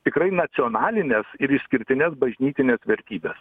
tikrai nacionalines ir išskirtines bažnytines vertybes